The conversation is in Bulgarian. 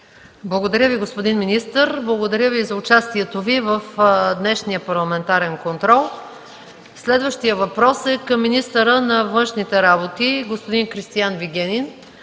Благодаря Ви, господин министър. Благодаря Ви и за участието в днешния парламентарен контрол. Следващият въпрос е към министъра на външните работи господин Кристиян Вигенин.